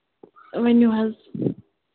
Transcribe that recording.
ؤنِو حظ